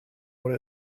what